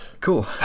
Cool